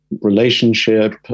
relationship